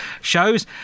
shows